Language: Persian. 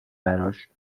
براش